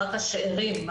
רק השארים.